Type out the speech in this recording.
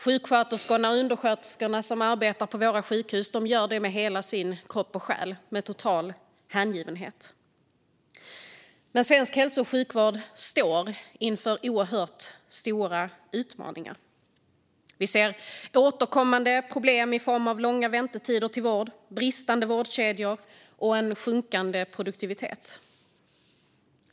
Sjuksköterskorna och undersköterskorna som arbetar på våra sjukhus gör det med hela sin kropp och själ och med total hängivenhet. Men svensk hälso och sjukvård står inför oerhört stora utmaningar. Vi ser återkommande problem i form av långa väntetider till vård, bristande vårdkedjor och sjunkande produktivitet.